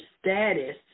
status